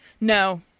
No